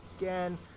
again